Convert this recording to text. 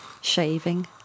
shaving